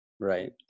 Right